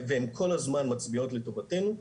והן כל הזמן מצביעות לטובתנו,